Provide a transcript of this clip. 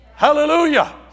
Hallelujah